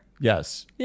Yes